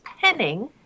penning